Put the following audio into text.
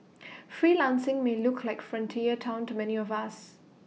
freelancing may look like frontier Town to many of us